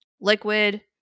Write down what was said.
Liquid